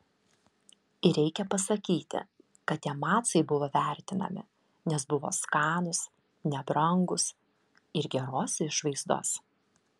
ir reikia pasakyti kad tie macai buvo vertinami nes buvo skanūs nebrangūs ir geros išvaizdos